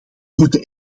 moeten